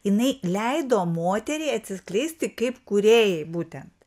jinai leido moteriai atsiskleisti kaip kūrėjai būtent